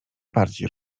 bardziej